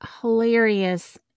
hilarious